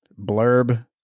blurb